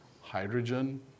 hydrogen